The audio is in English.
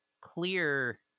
clear